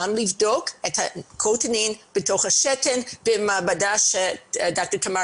גם לבדוק את הקריאטנין בתוך השתן במעבדה שתמר